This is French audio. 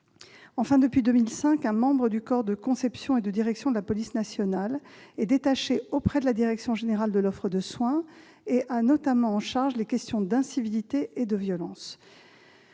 Enfin, depuis 2005, un membre du corps de conception et de direction de la police nationale est détaché auprès de la direction générale de l'offre de soins et a notamment en charge les questions d'incivilités et de violences.